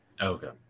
okay